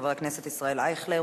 חבר הכנסת ישראל אייכלר,